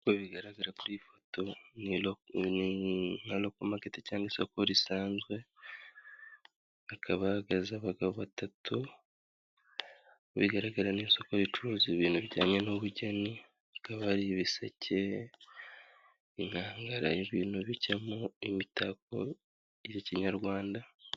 Nkuko bigaragara kuri iyi foto, niro ni nka roko maketi cyangwa isoko risanzwe, hakaba hahagaze abagabo batatu, bigaragara n'isoko ricuruza ibintu bijyanye n'ubugeni, hakaba hariho ibiseke, inkangara, ibintu bijyamo imitako ya kinyarwanda.,,